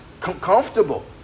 comfortable